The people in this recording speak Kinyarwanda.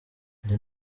njye